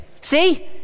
See